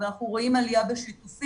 אבל אנחנו רואים עלייה בשיתופים,